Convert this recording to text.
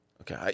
Okay